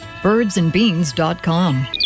birdsandbeans.com